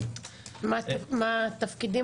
האם אפשר לדעת מה תפקידם?